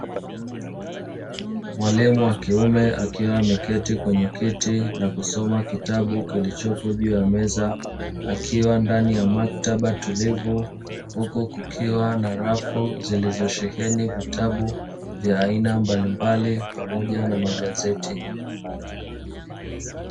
Mwalimu wa kiume akiwa ameketi kwenye kiti na kusoma kitabu kilichopo juu ya meza, akiwa ndani ya maktaba tulivu; huku kukiwa na rafu zilizosheheni vitabu vya aina mbalimbali pamoja na magazeti.